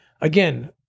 Again